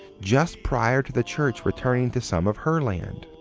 just prior to the church returning to some of her land.